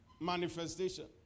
manifestation